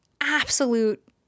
absolute